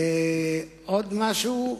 עוד משהו?